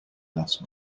last